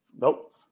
Nope